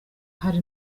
hari